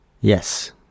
Yes